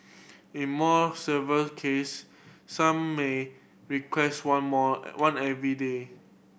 in more severe case some may requires one more one every day